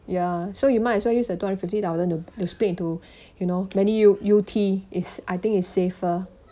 ya so you might as well use the two hundred fifty thousand to split into you know many U U_T is I think is safer